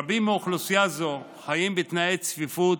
רבים מאוכלוסייה זו חיים בתנאי צפיפות,